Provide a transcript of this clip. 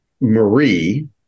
Marie